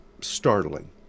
startling